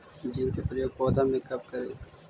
Zinc के प्रयोग पौधा मे कब करे?